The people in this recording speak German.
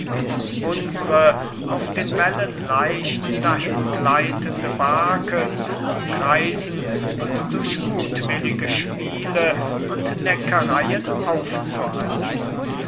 um unsre auf den wellen leicht dahin gleitende barke zu umkreisen und durch muthwillige spiele und neckereyen aufzuhalten